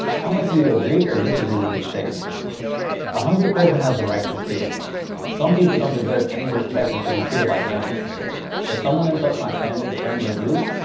how much do you agree or disagree with these statements a hungry person has the right to steal some people don't deserve any respect and should be treated like animals if someone insults my family, friends, or group,